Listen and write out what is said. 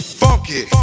funky